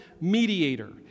mediator